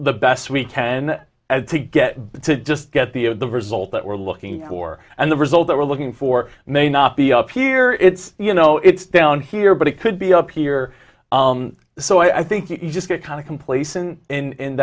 the best we can as to get to just get the of the result that we're looking for and the result that we're looking for may not be up here it's you know it's down here but it could be up here so i think you just get kind of complacent in